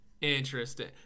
Interesting